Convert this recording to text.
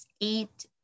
eight